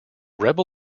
rebel